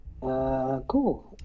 cool